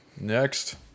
next